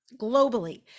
globally